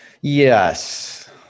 Yes